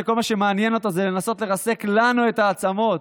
שכל מה שמעניין אותו זה לנסות לרסק לנו את העצמות.